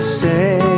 say